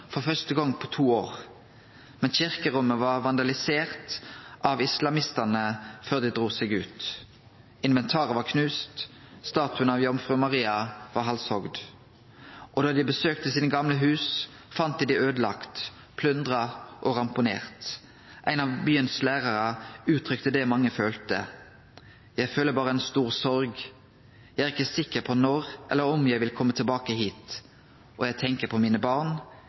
for første gong på to år. Men kyrkjerommet var vandalisert av islamistane før dei drog seg ut. Inventaret var knust, statuen av Jomfru Maria var halshogd. Og då dei besøkte dei gamle husa sine, fann dei dei øydelagde, plyndra og ramponerte. Ein av byens lærarar uttrykte det mange følte: Eg føler berre ei stor sorg, eg er ikkje sikker på når eller om eg vil kome tilbake hit, og eg tenkjer på mine barn